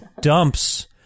dumps